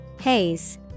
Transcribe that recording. Haze